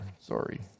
Sorry